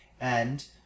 and